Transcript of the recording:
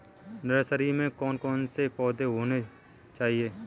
Nursery में कौन कौन से पौधे होने चाहिए?